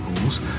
rules